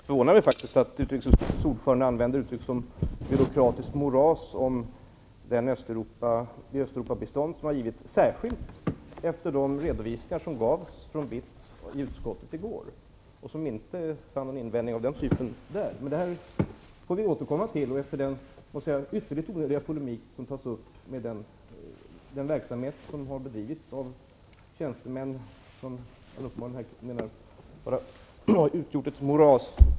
Herr talman! Det förvånar mig faktiskt att utrikesutskottets ordförande använder uttryck som ''byråkratiskt moras'' om det Östeuropabistånd som har givits, särskilt med tanke på de redovisningar som gavs från BITS i utskottet i går och som då inte gav upphov till några invändningar. Vi får återkomma till detta och till den ytterligt onödiga polemik som riktas mot den verksamhet som har bedrivits av tjänstemän, vilka enligt Daniel Tarschys uppenbarligen har utgjort ett moras.